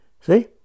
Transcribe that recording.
see